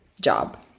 job